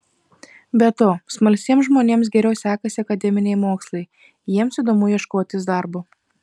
be to smalsiems žmonėms geriau sekasi akademiniai mokslai jiems įdomu ieškotis darbo